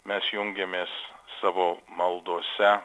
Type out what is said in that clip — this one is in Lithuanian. mes jungiamės savo maldose